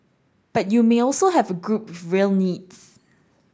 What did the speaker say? but you may also have a group with real needs